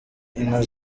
inka